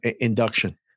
induction